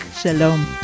Shalom